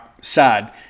side